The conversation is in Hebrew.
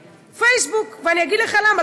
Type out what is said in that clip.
מי?